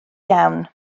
iawn